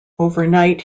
overnight